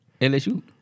LSU